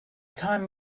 time